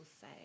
say